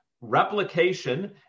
replication